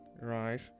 right